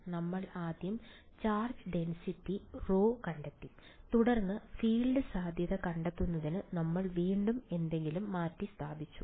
നമ്മൾ ആദ്യം charge density Rho കണ്ടെത്തി തുടർന്ന് ഫീൽഡ് സാധ്യത കണ്ടെത്തുന്നതിന് നമ്മൾ വീണ്ടും എന്തെങ്കിലും മാറ്റിസ്ഥാപിച്ചു